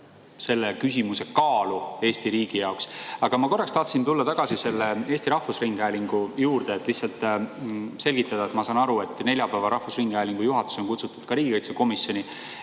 selle küsimuse kaalu Eesti riigi jaoks. Aga ma tahtsin tulla tagasi Eesti Rahvusringhäälingu juurde, et lihtsalt selgitada. Ma saan aru, et neljapäeval rahvusringhäälingu juhatus on kutsutud ka riigikaitsekomisjoni.